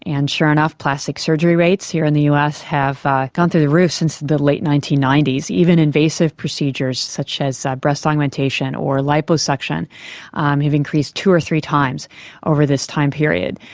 and sure enough plastic surgery rates here in the us have gone through the roof since the late nineteen ninety s, even invasive procedures such as breast augmentation or liposuction um have increased two or three times over this time period.